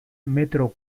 metro